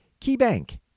KeyBank